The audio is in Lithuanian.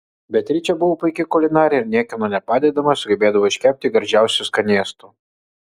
beatričė buvo puiki kulinarė ir niekieno nepadedama sugebėdavo iškepti gardžiausių skanėstų